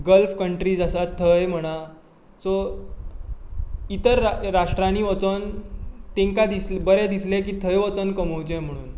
gulf countries आसात थंय म्हणा सो इतर राष्ट्रांनी वचोन तेंकां दीस बरें दिसलें की थंय वचून कमोवचें म्हणोन